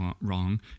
wrong